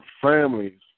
families